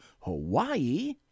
Hawaii